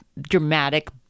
dramatic